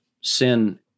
sin